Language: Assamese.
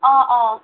অঁ অঁ